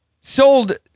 sold